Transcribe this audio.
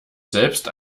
selbst